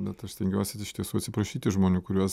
bet aš stengiuosi iš tiesų atsiprašyti žmonių kuriuos